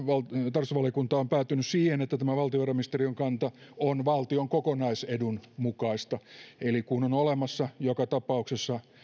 tarkastusvaliokunta on päätynyt siihen että tämä valtiovarainministeriön kanta on valtion kokonaisedun mukainen eli kun on olemassa joka tapauksessa